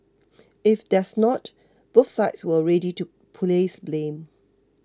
if there's not both sides were ready to place blame